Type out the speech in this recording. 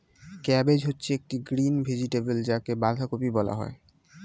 cabbage হচ্ছে একটি green vegetable যাকে বাঁধাকপি বলা হয়